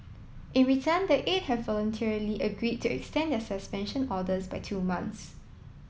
in return the eight have voluntarily agreed to extend their suspension orders by two months